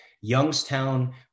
Youngstown